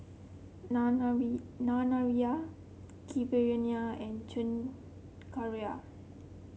Naraina Keeravani and Chengara